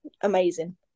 amazing